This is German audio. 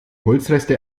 holzreste